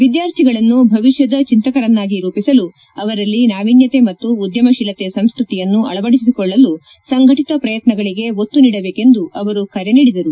ವಿದ್ಯಾರ್ಥಿಗಳನ್ನು ಭವಿಷ್ಯದ ಚಿಂತಕರನ್ವಾಗಿ ರೂಪಿಸಲು ಅವರಲ್ಲಿ ನಾವಿನ್ಯತೆ ಮತ್ತು ಉದ್ಯಮಶೀಲತೆ ಸಂಸ್ಕೃತಿಯನ್ನು ಅಳವಡಿಸಿಕೊಳ್ಳಲು ಸಂಘಟಿತ ಪ್ರಯತ್ನಗಳಿಗೆ ಒತ್ತು ನೀಡಬೇಕೆಂದು ಅವರು ಕರೆ ನೀಡಿದರು